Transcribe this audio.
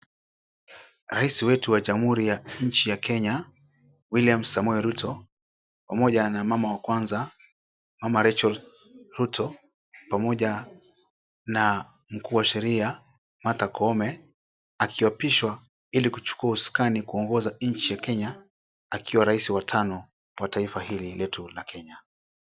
Raisi wetu wa jamhuri ya nchi ya Kenya, William Samoei Ruto pamoja na mama wa kwanza, mama Rachael Ruto pamoja na mkuu wa sheria, Martha Koome akiapishwa ili kuchukua usukani kuongoza nchi ya Kenya akiwa raisi wa tano wa taifa hili letu la Kenya.